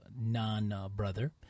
non-brother